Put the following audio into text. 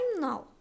now